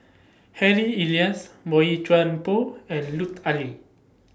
Harry Elias Boey Chuan Poh and Lut Ali